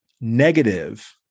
negative